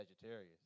Sagittarius